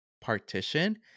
partition